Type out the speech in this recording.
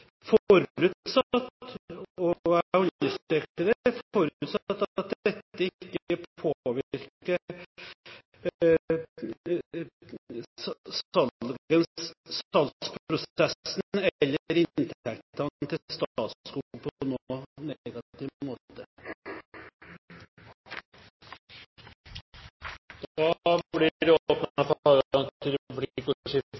og jeg understreker det – at dette ikke påvirker salgsprosessen eller inntektene til Statskog på noen negativ måte. Det blir